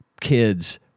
Kids